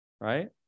right